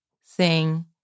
sing